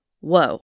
Whoa